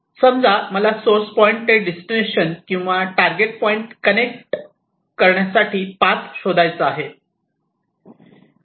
समजा मला source point ते डिस्टिलेशन किंवा टारगेट पॉईंट कनेक्ट करण्यासाठी पाथ शोधायचा आहे